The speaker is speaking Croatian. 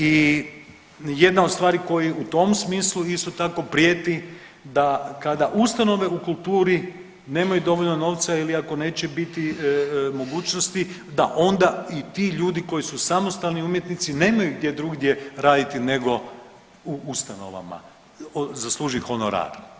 I jedna od stvari koje u tom smislu isto tako prijeti da kada ustanove u kulturi nemaju dovoljno novca ili ako neće biti mogućnosti da onda i ti ljudi koji su samostalni umjetnici nemaju gdje drugdje raditi nego u ustanovama, zaslužiti honorar.